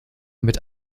mit